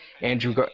Andrew